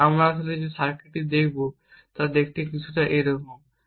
আমরা আসলে যে সার্কিট দেখব তা দেখতে এইরকম কিছু